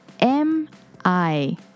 M-I